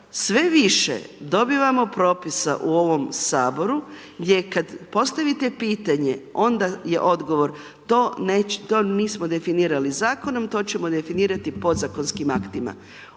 sve više dobivamo propisa u ovom Saboru gdje kada postavite pitanje onda je odgovor to nismo definirali Zakonom, to ćemo definirati Podzakonskim aktima.